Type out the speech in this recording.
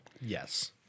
Yes